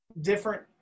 different